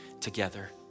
together